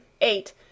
eight